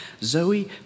Zoe